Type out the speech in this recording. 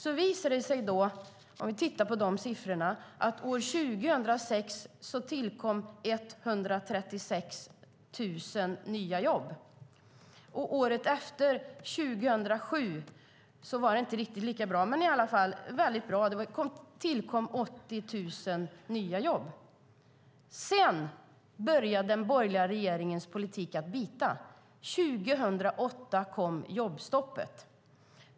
Om vi tittar på de siffrorna visar det sig att år 2006 tillkom 136 000 nya jobb. Året efter, 2007, var det inte riktigt lika bra men i alla fall mycket bra. Det tillkom 80 000 nya jobb. Sedan började den borgerliga regeringens politik att bita. År 2008 kom jobbstoppet.